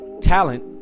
talent